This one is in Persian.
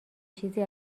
چیزی